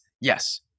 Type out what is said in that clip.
Yes